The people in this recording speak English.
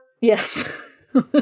Yes